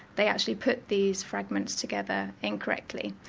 they actually put these fragments together incorrectly,